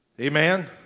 Amen